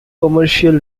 commercial